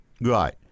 Right